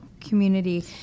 community